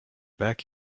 back